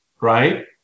right